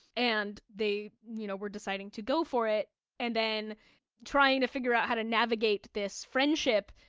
and they you know were deciding to go for it and then trying to figure out how to navigate this friendship.